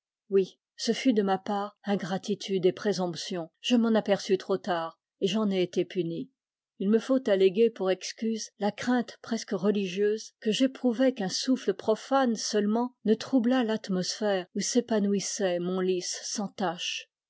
oui ce fut de ma part ingratitude et présomption je m'en aperçus trop tard et j'en ai été puni il me faut alléguer j our excuse la crainte presque religieuse que j'éprouvais qu'un souffle profane seulement ne troublât l'atmosphère où s'épanouissait mon lis sans tache